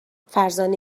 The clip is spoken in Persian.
فرزانه